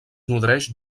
nodreix